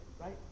Right